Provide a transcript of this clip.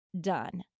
done